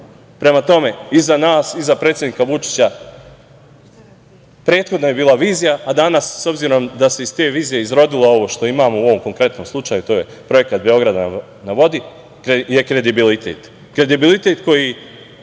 tome, iza nas, iza predsednika Vučića, prethodno je bila vizija, a danas, s obzirom da se iz te vizije izrodilo ovo što imamo u ovom konkretnom slučaju to je projekat „Beograd na vodi“ je kredibilitet.